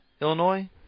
Illinois